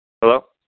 Hello